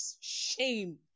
shame